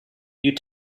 you